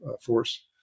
force